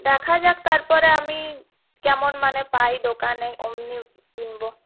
দেখা যাক তারপরে আমি কেমন মানে পাই দোকানে ওমনি কিনব